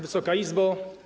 Wysoka Izbo!